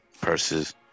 Purses